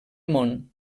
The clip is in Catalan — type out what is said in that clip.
món